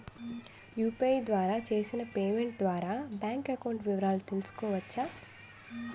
UPI ద్వారా చేసిన payment ద్వారా బ్యాంక్ అకౌంట్ వివరాలు తెలుసుకోవచ్చ?